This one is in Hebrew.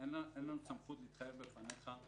אין לנו סמכות להתחייב בפניך,